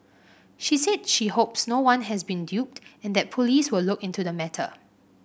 she said she hopes no one has been duped and that police will look into the matter